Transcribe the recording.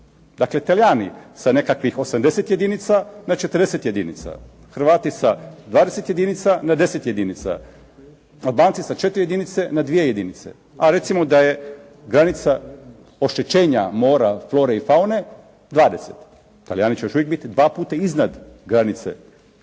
Dakle, Talijani sa nekakvih 80 jedinica na 40 jedinica, Hrvati sa 20 jedinica na 10 jedinica, Albanci sa 4 jedince na 2 jedinice, a recimo da je granica oštećenja mora, flore i faune 20. Talijani će još uvijek biti dva puta iznad granice i